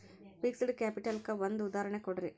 fixed capital ಕ್ಕ ಒಂದ್ ಉದಾಹರ್ಣಿ ಕೊಡ್ರಿ